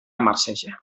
marceja